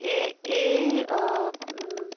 এই এই